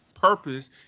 Purpose